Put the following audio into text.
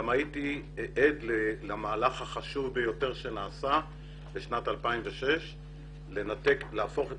גם הייתי עד למהלך החשוב ביותר שנעשה בשנת 2006 להפוך את